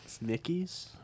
Mickey's